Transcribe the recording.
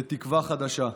לתקווה חדשה,